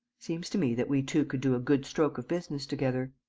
seems to me that we two could do a good stroke of business together.